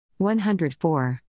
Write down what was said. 104